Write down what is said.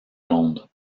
monde